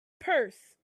purse